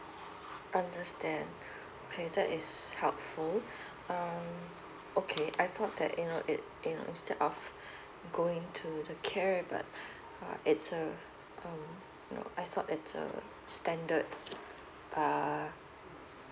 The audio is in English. understand okay that is helpful um okay I thought that you know it you know instead of going to the care but uh it's a um um I thought it's a standard ah